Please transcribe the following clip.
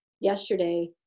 yesterday